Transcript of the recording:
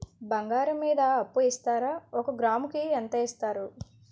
బంగారం మీద అప్పు ఇస్తారా? ఒక గ్రాము కి ఎంత ఇస్తారు?